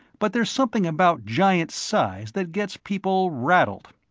but there's something about giant size that gets people rattled.